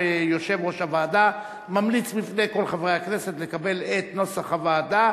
ויושב-ראש הוועדה ממליץ בפני כל חברי הכנסת לקבל את נוסח הוועדה,